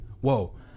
whoa